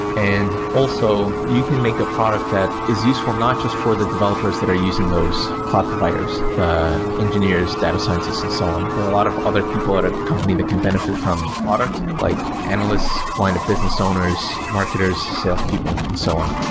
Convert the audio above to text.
and also, you can make a product that is useful not just for the developers that are using those cloud providers, the engineers, data scientists and so on. there are a lot of other people at a company that can benefit from a product, like analysts, line of business owners, marketers, salespeople and so on.